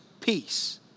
peace